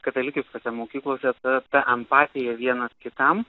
katalikiškose mokyklosetas ta empatija vienas kitam